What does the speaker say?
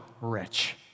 rich